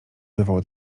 bywał